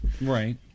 Right